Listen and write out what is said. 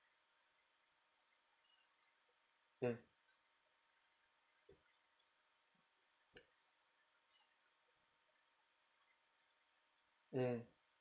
mm mm